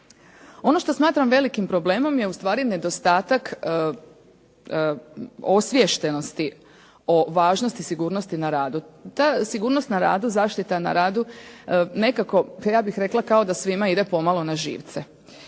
Ono što smatram velikim problemom je ustvari nedostatak osviještenosti o važnosti sigurnosti na radu. Ta sigurnost na radu, zaštita na radu nekako ja bih rekla kao da svima ide pomalo na živce.